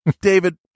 David